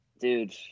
dude